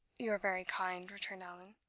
you're very kind, returned allan.